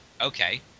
okay